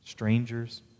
strangers